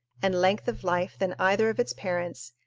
and length of life than either of its parents,